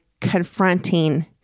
confronting